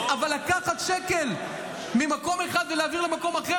אבל לקחת שקל ממקום אחד ולהעביר למקום אחר,